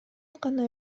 гана